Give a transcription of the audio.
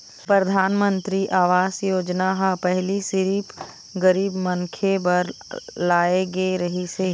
परधानमंतरी आवास योजना ह पहिली सिरिफ गरीब मनखे बर लाए गे रहिस हे